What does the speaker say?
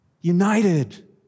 United